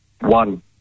one